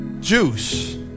juice